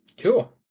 Cool